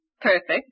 Perfect